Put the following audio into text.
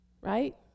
Right